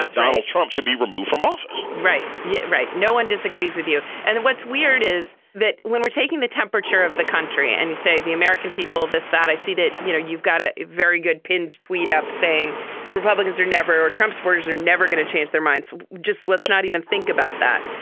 donald trump should be removed from office right. yeah right. no one disagrees with you. and then what's weird is that when we're taking the temperature of the country and you say the american people this that i see that, you know, you've got a very good pinned tweet up saying republicans are never. trump's supporters are never going to change their minds. just let's not even think about that.